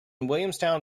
williamstown